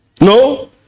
no